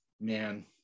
man